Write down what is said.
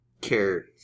care